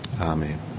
Amen